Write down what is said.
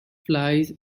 flies